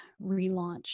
relaunch